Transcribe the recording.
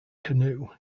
canoe